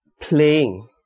playing